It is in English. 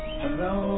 hello